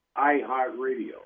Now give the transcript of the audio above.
iHeartRadio